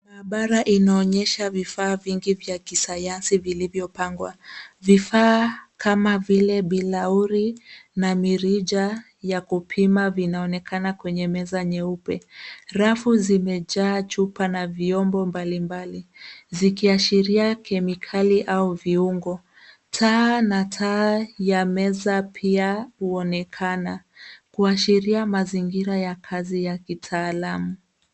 Maabara inaonyesha vifaa vingi vya kisayansi vilivyopangwa, vifaa kama vile bilauri na mirija ya kupima vinaonekana kwenye meza nyeupe. Rafu zimejaa chupa na vyombo mbalimbali, zikiashiria kemikali au viungo. Taa na taa ya meza pia huonekana kuashiria mazingira ya kazi ya kitaalamu.